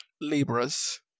Libras